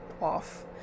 off